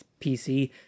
pc